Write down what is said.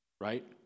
right